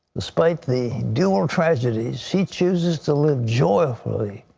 despite the dual tragedies, she chooses to live joyfully,